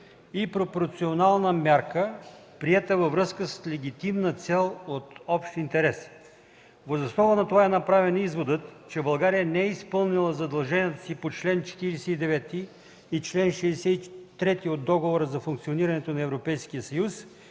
и пропорционална мярка, приета във връзка с легитимна цел от общ интерес. Въз основа на това е направен изводът, че България не е изпълнила задълженията си по чл. 49 и чл. 63 от Договора за функционирането на Европейския съюз